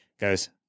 goes